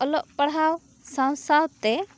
ᱚᱞᱚᱜ ᱯᱟᱲᱦᱟᱣ ᱥᱟᱶ ᱥᱟᱶ ᱛᱮ